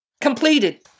completed